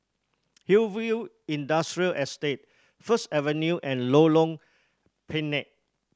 Hillview Industrial Estate First Avenue and Lorong Pendek